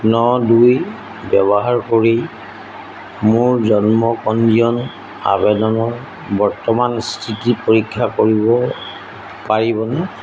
ন দুই ব্যৱহাৰ কৰি মোৰ জন্ম পঞ্জীয়ন আবেদনৰ বৰ্তমানৰ স্থিতি পৰীক্ষা কৰিব পাৰিবনে